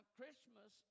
Christmas